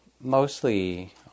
mostly